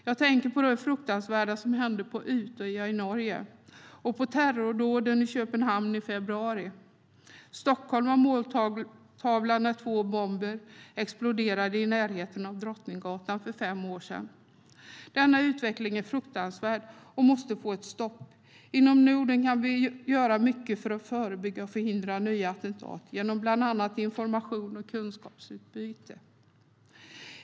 Jag tänker på det fruktansvärda som hände på Utöya i Norge och på terrordåden i Köpenhamn i februari. Stockholm var måltavla när två bomber exploderade i närheten av Drottninggatan för fem år sedan. Denna utveckling är fruktansvärd och måste få ett slut. Inom Norden kan vi göra mycket för att förebygga och förhindra nya attentat genom bland annat information och kunskapsutbyte.